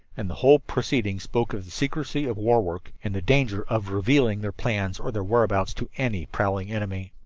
and the whole proceeding spoke of the secrecy of war work and the danger of revealing their plans or their whereabouts to any prowling enemy.